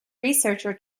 researcher